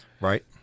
Right